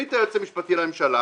סגנית היועץ המשפטי לממשלה,